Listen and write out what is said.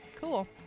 cool